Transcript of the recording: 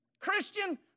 Christian